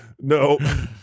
no